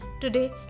Today